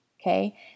okay